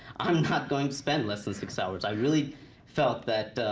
i'm not going to spend less than six hours. i really felt that